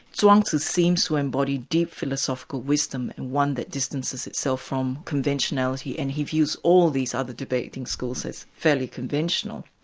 chuang tze seems to embody deep philosophical wisdom and one that distances itself from conventionality, and he views all of these other debating schools as fairly conventional,